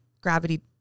Gravity